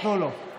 תנו לו, תנו לו.